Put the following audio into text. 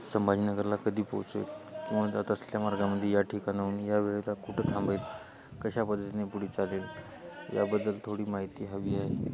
संभाजीनगरला कधी पोहचेल किंवा जात असल्या मार्गामध्ये या ठिकाणाहून या वेळेला कुठं थांबेल कशा पद्धतीने पुढे चालेल याबद्दल थोडी माहिती हवी आहे